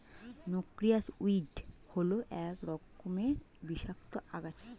noxious weed হল এক রকমের বিষাক্ত আগাছা